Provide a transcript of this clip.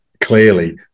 clearly